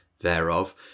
thereof